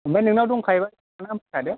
ओमफ्राय नोंनाव दंखायोबा लानानै फैखादो